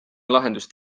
lahendust